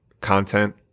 content